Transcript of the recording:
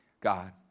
God